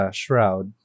shroud